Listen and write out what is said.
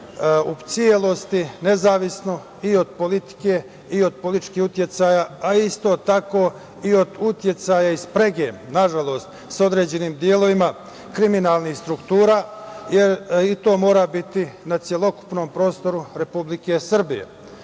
u celosti nezavisno i od politike i od političkih uticaja, a isto tako i od uticaja i sprege, nažalost, sa određenim delovima kriminalnih struktura, jer i to mora biti na celokupnom prostoru Republike Srbije.